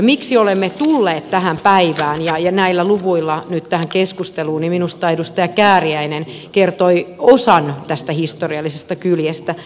miksi olemme tulleet tähän päivään ja näillä luvuilla nyt tähän keskusteluun niin minusta edustaja kääriäinen kertoi osan tästä historiallisesta kyljestä